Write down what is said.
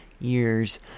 years